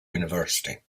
university